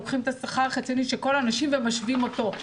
לוקחים את השכר החציוני של כל הנשים ומשווים אותו.